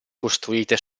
costruite